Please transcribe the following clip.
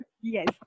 Yes